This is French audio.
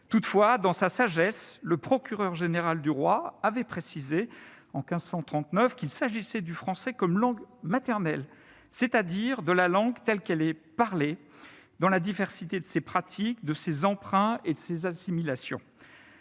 Toutefois, dans sa sagesse, le procureur général du roi avait précisé, en 1539, qu'il s'agissait du français comme langue maternelle, c'est-à-dire de la langue telle qu'elle est parlée dans la diversité de ses pratiques, de ses emprunts et de ses assimilations.